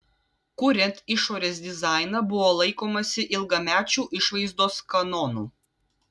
kuriant išorės dizainą buvo laikomasi ilgamečių išvaizdos kanonų